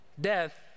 Death